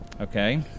Okay